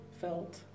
felt